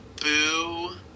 boo